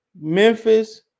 Memphis